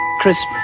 Christmas